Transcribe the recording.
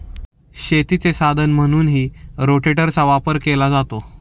शेतीचे साधन म्हणूनही रोटेटरचा वापर केला जातो